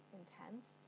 intense